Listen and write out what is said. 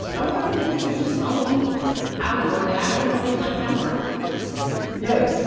i'm wondering if you could just tell me how doordarshan companies like that work yeah